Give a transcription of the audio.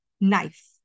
KNIFE